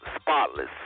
spotless